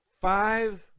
five